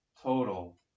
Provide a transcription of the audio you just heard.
total